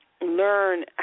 learn